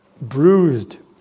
bruised